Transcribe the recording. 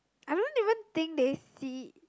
I don't even think they see